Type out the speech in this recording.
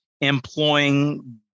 employing